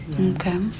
Okay